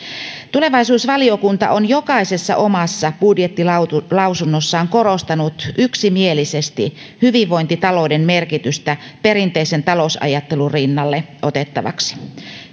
tulevaisuusvaliokunta on jokaisessa omassa budjettilausunnossaan korostanut yksimielisesti hyvinvointitalouden merkitystä perinteisen talousajattelun rinnalle otettavaksi